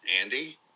Andy